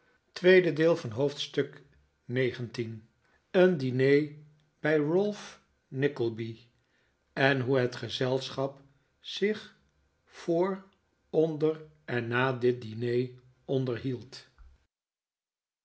een diner bij ralph nickleby en hoe het gezelschap zich voor onder en na dit diner onderhield